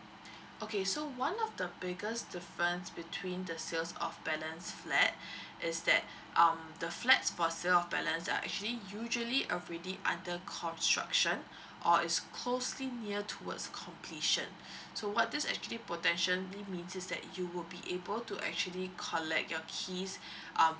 okay so one of the biggest difference between the sales of balance flat is that um the flats for sales of balance they are actually usually already under construction or is closely near towards completion so what this is actually potentially that you would be able to actually collect your keys um